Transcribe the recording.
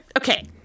Okay